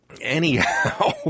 anyhow